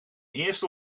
eerste